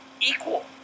equal